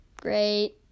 great